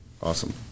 Awesome